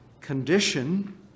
condition